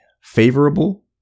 favorable